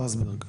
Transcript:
שטרסברג.